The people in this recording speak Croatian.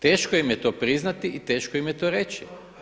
Teško im je to priznati i teško im je to reći.